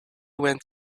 went